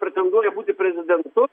pretenduoja būti prezidentu